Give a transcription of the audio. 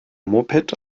moped